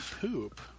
poop